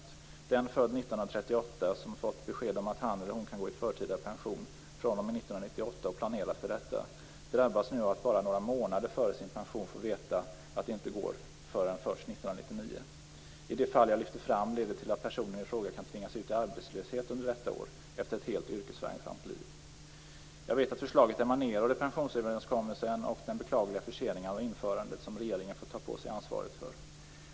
Den person född 1938 som fått besked om att han eller hon kan gå i förtida pension fr.o.m. 1998 och planerat för detta drabbas nu av att bara några månader före sin pension få veta att det inte går förrän först 1999. I det fall jag lyfte fram leder det till att personen i fråga kan tvingas ut i arbetslöshet under detta år, efter ett helt yrkesverksamt liv. Jag vet att förslaget emanerade i pensionsöverenskommelsen och den beklagliga försening av införandet som regeringen får ta på sig ansvaret för.